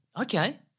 okay